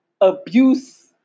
abuse